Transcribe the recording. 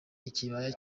ikibaya